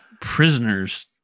prisoners